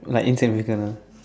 like intent we can the